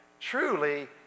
Truly